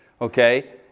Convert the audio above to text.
okay